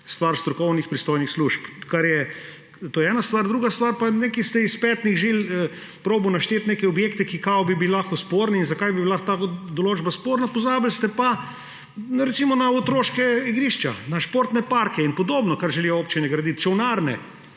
stvar strokovnih pristojnih služb. To je ena stvar. Druga stvar, iz petnih žil ste poskušali naštevati neke objekte, ki bi bili lahko sporni, in zakaj bi bila lahko ta določba sporna. Pozabili ste pa, recimo, na otroška igrišča, na športne parke in podobno, kar želijo občine graditi, čolnarne,